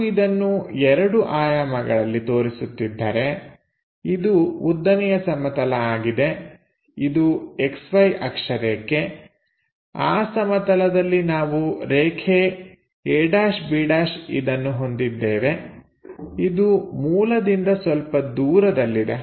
ನಾವು ಇದನ್ನು ಎರಡು ಆಯಾಮಗಳಲ್ಲಿ ತೋರಿಸುತ್ತಿದ್ದರೆ ಇದು ಉದ್ದನೆಯ ಸಮತಲ ಆಗಿದೆ ಇದು XY ಅಕ್ಷರೇಖೆ ಆ ಸಮತಲದಲ್ಲಿ ನಾವು ರೇಖೆ a'b' ಇದನ್ನು ಹೊಂದಿದ್ದೇವೆ ಇದು ಮೂಲದಿಂದ ಸ್ವಲ್ಪ ದೂರದಲ್ಲಿದೆ